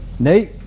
Nate